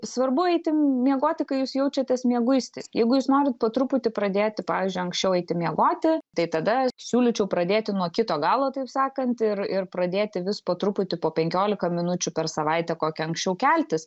svarbu eiti miegoti kai jūs jaučiatės mieguisti jeigu jūs norit po truputį pradėti pavyzdžiui anksčiau eiti miegoti tai tada siūlyčiau pradėti nuo kito galo taip sakant ir ir pradėti vis po truputį po penkiolika minučių per savaitę kokia anksčiau keltis